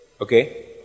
Okay